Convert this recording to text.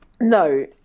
No